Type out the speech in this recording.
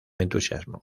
entusiasmo